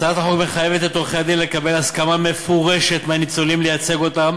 הצעת החוק מחייבת את עורכי-הדין לקבל הסמכה מפורשת מהניצולים לייצג אותם